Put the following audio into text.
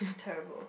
terrible